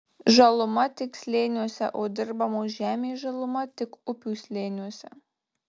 žaluma tik slėniuose o dirbamos žemės žaluma tik upių slėniuose